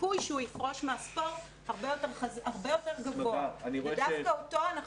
הסיכוי שהוא יפרוש מהספורט הרבה יותר גבוה ודווקא אותו אנחנו